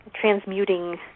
transmuting